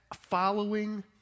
following